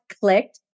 clicked